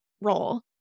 role